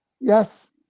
Yes